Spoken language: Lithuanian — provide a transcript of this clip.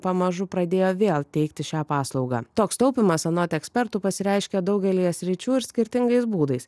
pamažu pradėjo vėl teikti šią paslaugą toks taupymas anot ekspertų pasireiškia daugelyje sričių ir skirtingais būdais